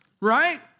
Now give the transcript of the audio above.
right